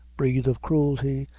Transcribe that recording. breathe of cruelty,